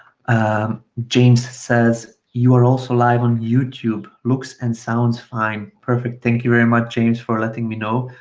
um james says you're also live on youtube. looks and sounds fine, perfect. thank you very much, james, for letting me know.